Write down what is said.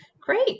Great